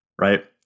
right